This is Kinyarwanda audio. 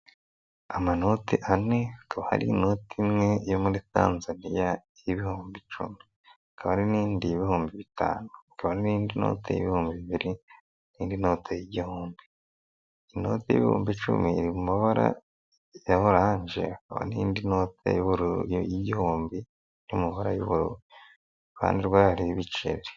Amanoti ane hakaba hari ininota imwe yo muri Tanzania y'ibihumbi icumi hakaba n'indi y'ibihumbi bitanu hakaba n'indi note y' ibihumbi bibiri n'indi note y'igihumbi inote y'ibihumbi icumi iri mu mabara ya oranje hakaba nindi note y'igihumbi iri mu mabara y'ubururu iruhande rwayo hakaba hariho ibiceri.